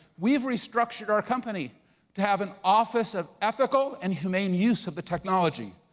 we've restructured our company to have an office of ethical and humane use of the technology,